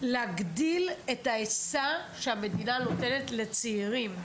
להגדיל את ההיצע שהמדינה נותנת לצעירים.